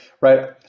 right